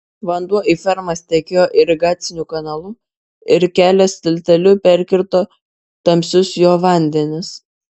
vanduo į fermas tekėjo irigaciniu kanalu ir kelias tilteliu perkirto tamsius jo vandenis